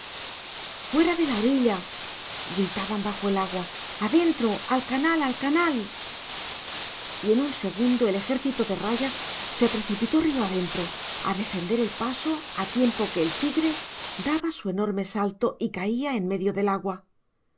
fuera de la orilla gritaban bajo el agua adentro a la canal a la canal y en un segundo el ejército de rayas se precipitó río adentro a defender el paso a tiempo que el tigre daba su enorme salto y caía en medio del agua cayó